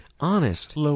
honest